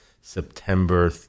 September